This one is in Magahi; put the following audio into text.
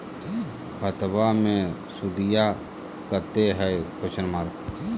खतबा मे सुदीया कते हय?